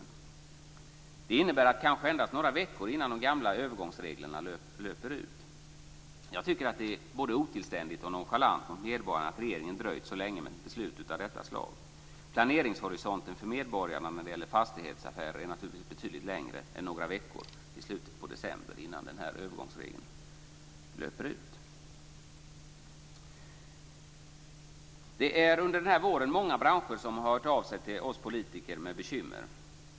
Det innebär att det kan ske kanske endast några veckor innan de gamla övergångsreglerna löper ut. Jag tycker att det är både otillständigt och nonchalant mot medborgarna att regeringen dröjt så länge med ett beslut av detta slag. Planeringshorisonten för medborgarna när det gäller fastighetsaffärer är naturligtvis betydligt längre än några veckor i slutet på december, innan övergångsregeln löper ut. Under denna vår är det många branscher som hört av sig till oss politiker med bekymmer.